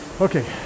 Okay